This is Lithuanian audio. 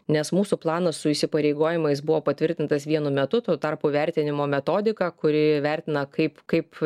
nes mūsų planas su įsipareigojimais buvo patvirtintas vienu metu tuo tarpu vertinimo metodika kuri vertina kaip kaip